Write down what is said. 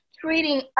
treating